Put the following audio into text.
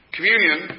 Communion